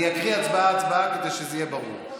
אני אקריא הצבעה-הצבעה, כדי שזה יהיה ברור.